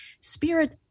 spirit